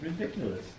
ridiculous